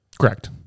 Correct